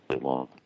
long